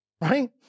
Right